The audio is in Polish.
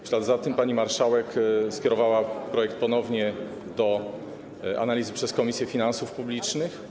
W ślad za tym pani marszałek skierowała projekt ponownie do analizy w Komisji Finansów Publicznych.